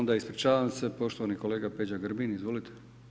Onda ispričavam se, poštovani kolega Peđa Grbin, izvolite.